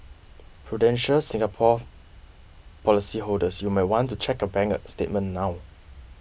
prudential Singapore policyholders you might want to check your bank statement now